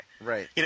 Right